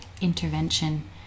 intervention